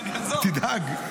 תדאג.